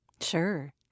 Sure